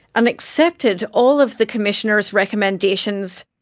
and accepted all of the commissioner's recommendations.